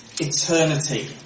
eternity